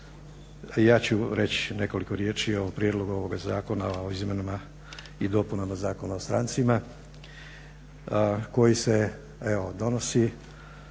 Ja ću reći nekoliko riječi o Prijedlogu ovoga zakona o izmjenama i dopunama Zakona o strancima koji se donosi